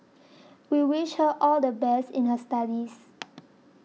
we wish her all the best in her studies